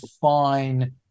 fine